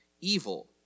evil